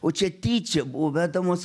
o čia tyčia buvo vedamos